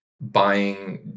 buying